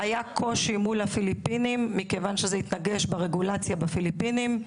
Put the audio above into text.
היה קושי מול הפיליפינים מכיוון שזה התנגש ברגולציה בפיליפינים.